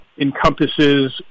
encompasses